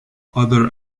other